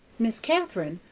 miss katharine,